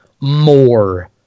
more